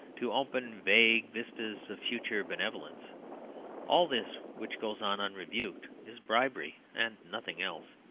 to open vague vistas of future benevolence all this, which goes on unrebuked, is bribery and nothing else.